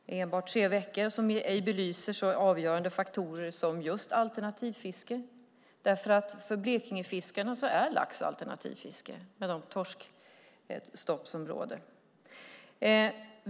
Den är enbart tre veckor, vilket inte belyser så avgörande faktorer som just alternativfiske. För Blekingefiskarna är nämligen lax alternativfiske, med de torskstopp som råder.